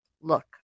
look